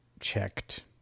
checked